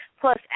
Plus